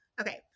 Okay